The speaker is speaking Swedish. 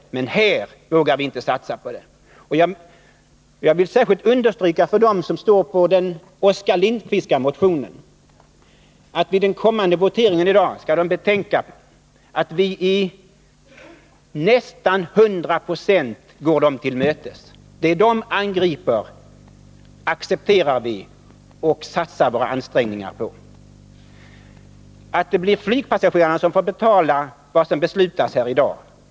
Men här i Sverige vågar vi inte satsa på det. Jag vill särskilt understryka för dem som står på Oskar Lindkvists motion att de vid den kommande voteringen i dag skall betänka att vi till nästan hundra procent går dem till mötes. Det de angriper skall vi satsa våra ansträngningar på att förbättra. Att det blir flygpassagerarna som får betala vad som beslutas här i dag är givet.